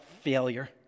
failure